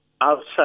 outside